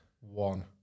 One